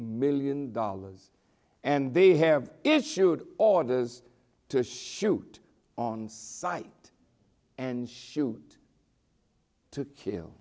million dollars and they have issued orders to shoot on sight and shoot to